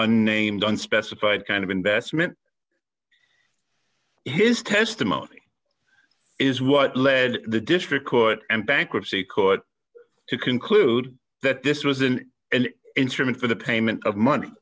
unnamed unspecified kind of investment his testimony is what led the district court and bankruptcy court to conclude that this was an instrument for the payment of money